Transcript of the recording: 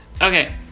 Okay